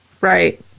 Right